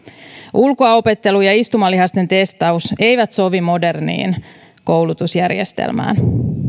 ulkoa opettelu ja istumalihasten testaus eivät sovi moderniin koulutusjärjestelmään